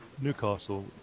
Newcastle